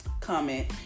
comment